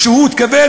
הוא התכוון,